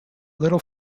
little